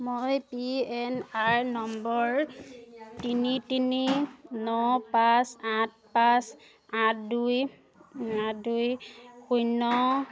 মই P N R নম্বৰ তিনি তিনি ন পাঁচ আঠ পাঁচ আঠ দুই আঠ দুই শূন্য